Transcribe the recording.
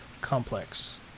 complex